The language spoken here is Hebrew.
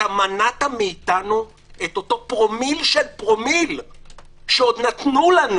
מנעת מאתנו את אותו פרומיל של פרומיל שעוד נתנו לנו